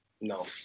no